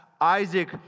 Isaac